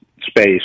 space